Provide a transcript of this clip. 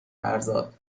فرزاد